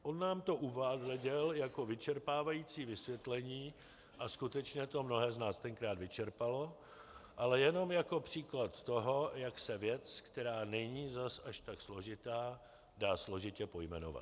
On nám to neuváděl jako vyčerpávající vysvětlení, a skutečně to mnohé z nás tenkrát vyčerpalo, ale jenom jako příklad toho, jak se věc, která není zase až tak složitá, dá složitě pojmenovat.